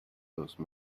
those